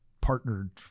partnered